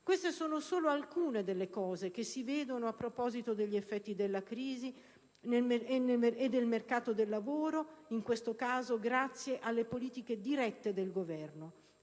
Queste sono solo alcune delle questioni che emergono a proposito della crisi del mercato del lavoro, in questo caso grazie alle politiche dirette del Governo.